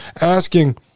asking